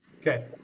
Okay